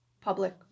public